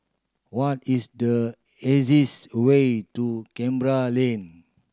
what is the easiest way to Canberra Lane